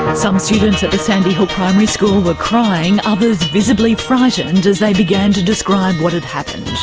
some students at the sandy hook primary school were crying, others visibly frightened as they began to describe what had happened.